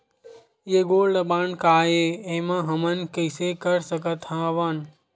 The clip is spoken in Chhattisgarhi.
ये गोल्ड बांड काय ए एमा हमन कइसे कर सकत हव?